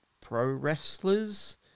...pro-wrestlers